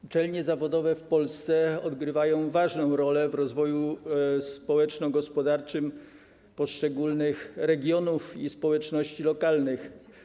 Uczelnie zawodowe w Polsce odgrywają ważną rolę w rozwoju społeczno-gospodarczym poszczególnych regionów i społeczności lokalnych.